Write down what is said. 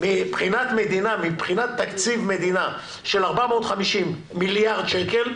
מבחינת תקציב מדינה של 450 מיליארד שקל,